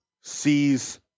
sees